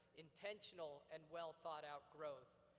intentional and well thought out growth,